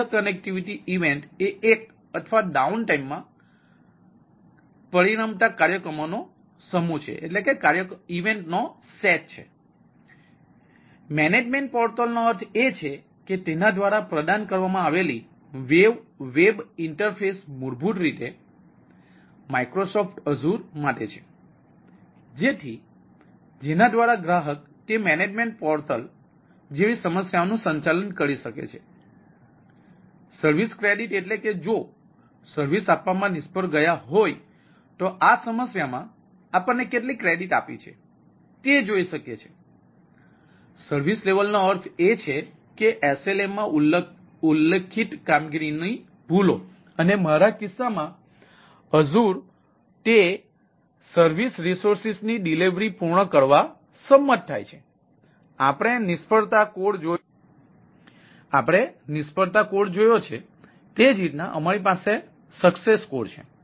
બાહ્ય કનેક્ટિવિટીની ડિલિવરી પૂર્ણ કરવા સંમત થાય છે